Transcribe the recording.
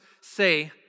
say